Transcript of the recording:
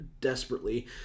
desperately